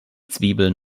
zwiebeln